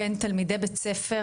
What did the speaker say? בין תלמידי בית ספר